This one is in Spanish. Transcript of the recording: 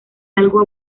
algo